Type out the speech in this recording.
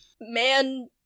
man